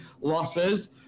losses